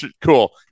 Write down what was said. cool